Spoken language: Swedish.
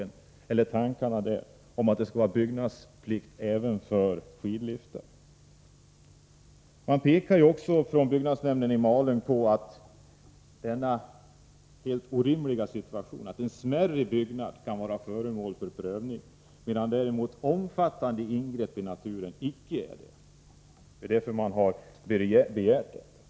I det förslaget framförs ju tanken att det skall vara byggnadslovsplikt även för skidliftar. Byggnadsnämnden i Malung pekar också på den helt orimliga situationen att en mindre byggnad kan vara föremål för prövning, medan däremot omfattande ingrepp i naturen icke är det. Det är därför som byggnadsnämnden har begärt denna ändring.